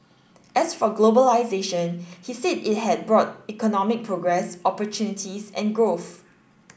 as for globalisation he said it had brought economic progress opportunities and growth